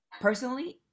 personally